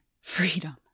freedom